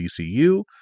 DCU